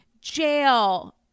jail